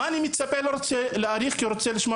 אני לא רוצה להאריך כי אני רוצה לשמוע